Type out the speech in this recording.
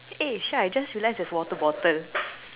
eh Shah I just realize there's water bottle